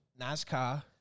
NASCAR